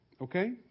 Okay